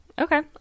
Okay